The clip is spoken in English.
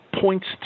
points